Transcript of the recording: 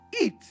Eat